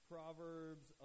Proverbs